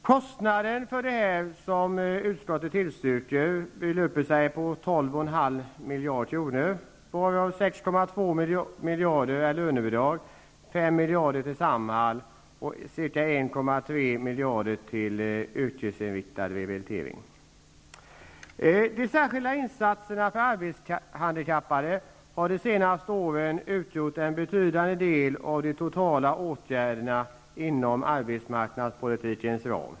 Kostnaden för det förslag som utskottet tillstyrker är 12,5 miljarder kronor, varav 6,2 miljarder är lönebidrag -- 5 miljarder till Samhall och 1,3 De särskilda insatserna för arbetshandikappade har de senaste åren utgjort en betydande del av de totala åtgärderna inom arbetsmarknadspolitiken.